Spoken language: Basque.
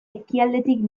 ekialdetik